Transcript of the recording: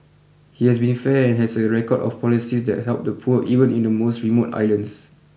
he has been fair and has a record of policies that help the poor even in the most remote islands